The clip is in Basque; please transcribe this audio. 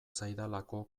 zaidalako